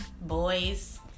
boys